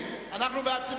סעיף